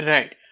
Right